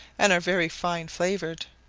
and are very fine-flavoured.